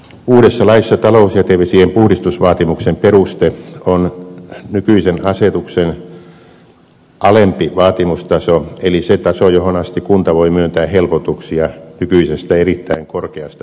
uudessa laissa talousjätevesien puhdistusvaatimuksen peruste on nykyisen asetuksen alempi vaatimustaso eli se taso johon asti kunta voi myöntää helpotuksia nykyisestä erittäin korkeasta perustasosta